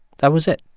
that was it.